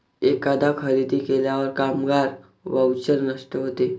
एकदा खरेदी केल्यावर कामगार व्हाउचर नष्ट होते